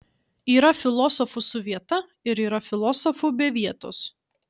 yra filosofų su vieta ir yra filosofų be vietos